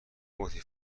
گفتی